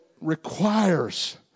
requires